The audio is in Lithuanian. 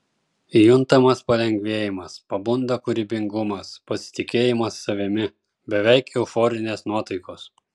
juntamas palengvėjimas pabunda kūrybingumas pasitikėjimas savimi beveik euforinės nuotaikos